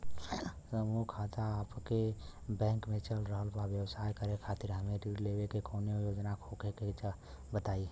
समूह खाता आपके बैंक मे चल रहल बा ब्यवसाय करे खातिर हमे ऋण लेवे के कौनो योजना होखे त बताई?